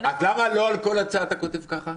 אז למה לא על כל הצעה אתה כותב ככה?